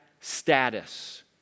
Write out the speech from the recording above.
status